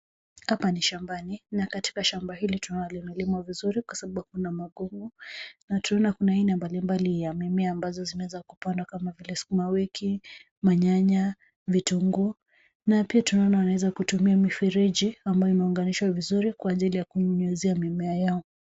Hapa ni shambani na katika shamba hili tunaona limelimwa vizuri kwa sababu hakuna makomo, na tunaona kuna aina mbalimbali ya mimea ambazo zimeweza kupandwa kama vile sukumawiki, manyanya, vitunguu. Na pia tunaona wanaeza kutumia mifereji ambayo imeunganishwa vizuri kwa ajili ya kunyunyizia mimea yao.